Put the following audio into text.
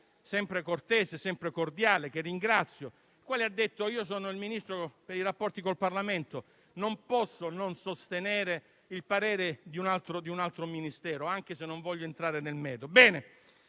sempre cortese e sempre cordiale. Lui ha detto: io sono il Ministro per i rapporti con il Parlamento e non posso non sostenere il parere di un altro Ministero, anche se non voglio entrare nel merito.